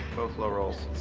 both low rolls.